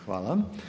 Hvala.